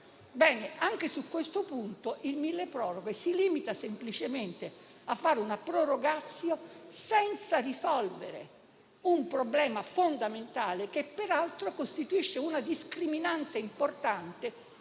anche su questo punto il milleproroghe si limita semplicemente a fare una *prorogatio* senza risolvere un problema fondamentale, che peraltro costituisce una discriminante importante